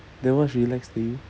then what's relax to you